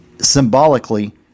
symbolically